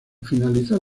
finalizar